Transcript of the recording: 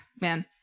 man